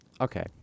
okay